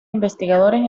investigadores